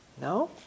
No